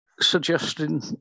suggesting